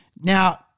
Now